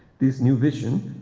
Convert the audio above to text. this new vision,